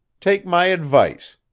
take my advice.